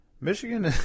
Michigan